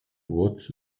what